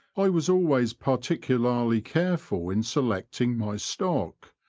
i was always particularly careful in selecting my stock,